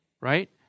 right